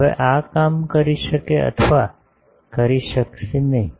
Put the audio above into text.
હવે આ કામ કરી શકે અથવા કરી શકશે નહીં